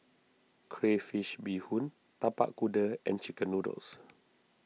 Crayfish BeeHoon Tapak Kuda and Chicken Noodles